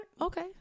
Okay